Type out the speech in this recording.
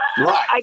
Right